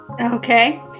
Okay